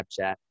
Snapchat